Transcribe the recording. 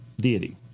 deity